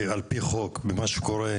על פי חוק, במה שקורה,